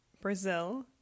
Brazil